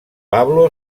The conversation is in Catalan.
pablo